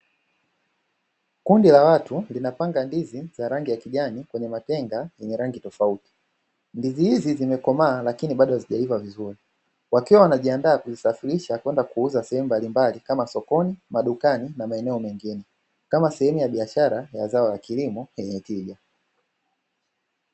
Kundi la watu linapanga ndizi za rangi ya kijani kwenye matenga yenye rangi tofauti, ndizi hizi zimekomaa lakini bado hazijaiva vizuri. Wakiwa wanajiandaa kuzisafirisha kwenda kuuza sehemu mbalimbali kama sokoni, madukani na sehemu zingine. Kama sehemu ya biashara ya zao la kilimo lenye tija.